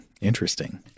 interesting